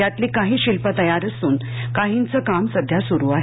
यातली काही शिल्प तयार असून काहींचं काम सध्या सुरु आहे